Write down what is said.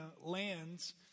Lands